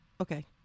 Okay